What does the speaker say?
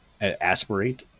aspirate